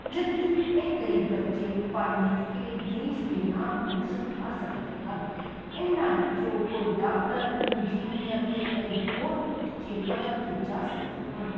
ਜਦੋਂ ਕਿ ਇਹ ਗਰੀਬ ਬੱਚੇ ਪੜ੍ਹ ਲਿਖ ਕੇ ਦੇਸ਼ ਦੇ ਨਾਂ ਨੂੰ ਰੋਸ਼ਨ ਕਰ ਸਕਦੇ ਹਨ ਇਹਨਾਂ ਵਿੱਚੋਂ ਕੋਈ ਡਾਕਟਰ ਇੰਜੀਨੀਅਰ ਅਤੇ ਕਈ ਹੋਰ ਉੱਚੇ ਪੱਧਰ 'ਤੇ ਜਾ ਸਕਦੇ ਹਨ